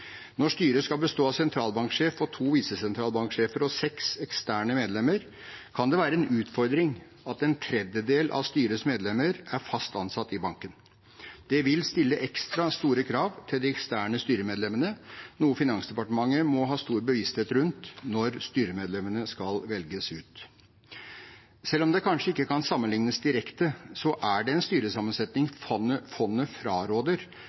Når styret skal bestå av sentralbanksjef, to visesentralbanksjefer og seks eksterne medlemmer, kan det være en utfordring at en tredjedel av styrets medlemmer er fast ansatt i banken. Det vil stille ekstra store krav til de eksterne styremedlemmene, noe Finansdepartementet må ha stor bevissthet rundt når styremedlemmene skal velges ut. Selv om det kanskje ikke kan sammenliknes direkte, så er det en styresammensetning fondet